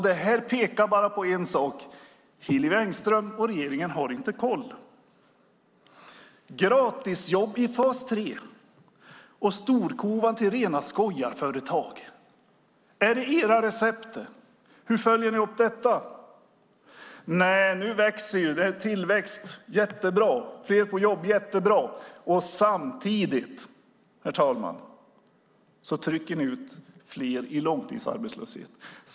Det här pekar bara på en sak: Hillevi Engström och regeringen har inte koll. Gratisjobb i fas 3 och storkovan till rena skojarföretag. Är det era recept? Hur följer ni upp detta? Men det växer. Det är tillväxt - jättebra. Fler på jobb - jättebra. Samtidigt, herr talman, trycker ni ut fler i långtidsarbetslöshet.